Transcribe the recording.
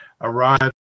arrived